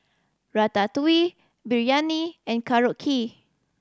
Ratatouille Biryani and Korokke